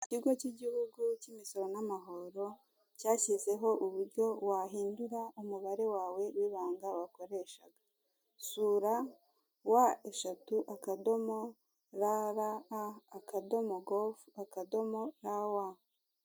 Ikigo cy igihugu cy'imisoro n'amahoro, cyashyizeho uburyo wahindura umubare wawe wibanga, wakoreshaga, sura wa eshatu, akadomo raraa, akadomo govu, rawa.